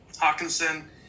Hawkinson